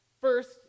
First